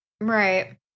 Right